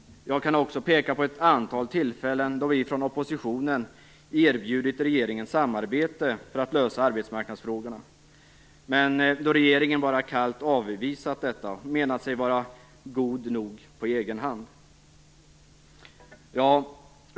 Jag kan också peka på ett antal tillfällen då vi från oppositionen erbjudit regeringen samarbete för att lösa arbetsmarknadsfrågorna, men då regeringen bara kallt avvisat detta och menat sig vara god nog på egen hand.